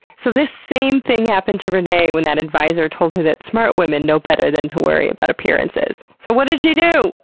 so, this same thing happened to renee when that advisor told her that smart women know better than to worry about appearances. so what did she dooooo?